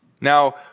Now